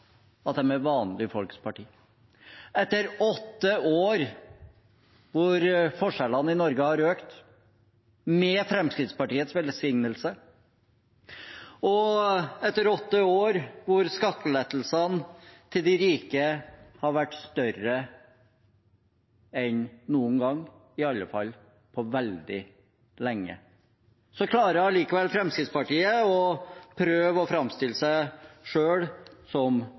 at de er vanlige folks parti. Etter åtte år hvor forskjellene i Norge har økt med Fremskrittspartiets velsignelse, og etter åtte år hvor skattelettelsene til de rike har vært større enn noen gang, i alle fall på veldig lenge, klarer allikevel Fremskrittspartiet å prøve å framstille seg selv som